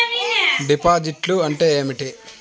డిపాజిట్లు అంటే ఏమిటి?